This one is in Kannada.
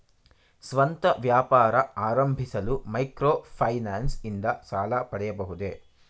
ಸ್ವಂತ ವ್ಯಾಪಾರ ಆರಂಭಿಸಲು ಮೈಕ್ರೋ ಫೈನಾನ್ಸ್ ಇಂದ ಸಾಲ ಪಡೆಯಬಹುದೇ?